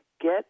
get